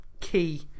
key